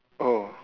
oh